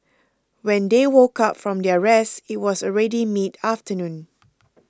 when they woke up from their rest it was already mid afternoon